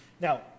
Now